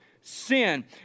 sin